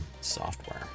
software